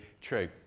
true